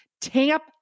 tamp